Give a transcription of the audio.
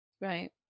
Right